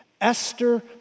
Esther